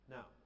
Now